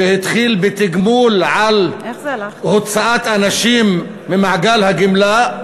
שהתחיל בתגמול על הוצאת אנשים ממעגל הגמלה,